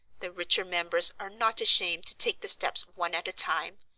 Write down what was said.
the richer members are not ashamed to take the steps one at a time,